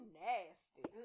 nasty